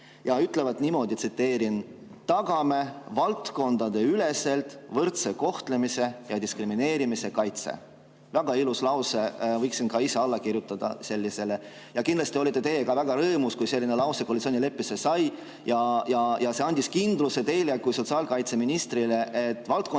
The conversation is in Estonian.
ja ütlevad niimoodi, ma tsiteerin: "Tagame valdkondade üleselt võrdse kohtlemise ja diskrimineerimise kaitse." Väga ilus lause, võiksin ka ise sellele alla kirjutada. Ja kindlasti olite ka teie väga rõõmus, kui selline lause koalitsioonileppesse sai. See andis teile kui sotsiaalkaitseministrile kindluse, et valdkondadeüleselt